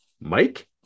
Mike